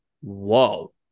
whoa